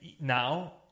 now